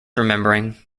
remembering